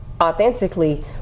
authentically